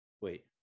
Wait